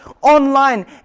online